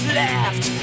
left